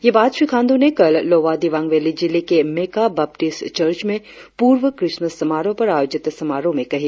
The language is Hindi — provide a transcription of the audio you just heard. ये बात श्री खांडू ने कल लोअर दिवांग वैली जिले के मेका बप्टिस्ट चर्च में पूर्व क्रिश्मस समारोह पर आयोजित समारोह में कही